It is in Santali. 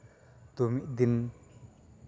ᱛᱚ ᱢᱤᱫ ᱫᱤᱱ